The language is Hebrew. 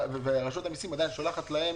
ורשות המסים עדיין שולחת להם